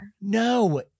No